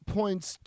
points